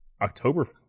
October